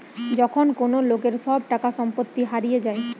যখন কোন লোকের সব টাকা সম্পত্তি হারিয়ে যায়